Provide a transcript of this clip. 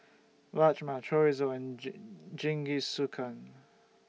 Rajma Chorizo and Jingisukan